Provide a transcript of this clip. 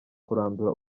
kurandura